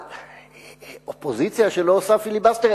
אבל אופוזיציה שלא עושה פיליבסטר,